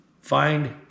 Find